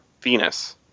Venus